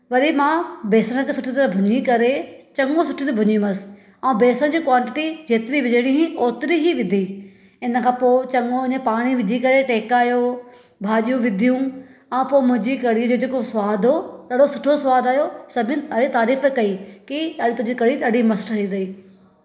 वरी मां बेसण खे सुठी तरह भुञी करे चङो सुठी तरह भुञी मस्तु ऐं बेसण जी क्वांटिटी जेतिरी विझिणी हुई ओतिरी ई विधी इन खां पोइ चङो उन में पाणी विझी करे टहिकायो भाॼियूं विधियूं ऐं पोइ मुंहिंजी कढ़ी में जेको स्वादु हुओ ॾाढो सुठो स्वादु आहियो सभिनि तारीफ़ कई की ॾाढी तुंहिंजी कढ़ी ॾाढी मस्तु ठही वई